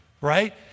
right